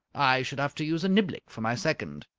i should have to use a niblick for my second.